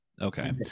Okay